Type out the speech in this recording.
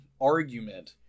argument